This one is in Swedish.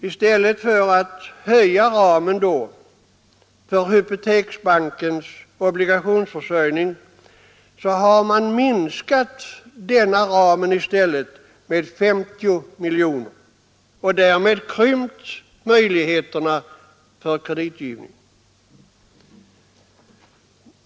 I stället för att då höja ramen för Hypoteksbankens obligationsförsörjning har man minskat denna ram med 50 miljoner och därmed krympt möjligheterna för kreditgivning.